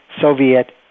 Soviet